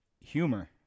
Humor